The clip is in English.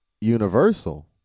Universal